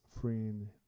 freeing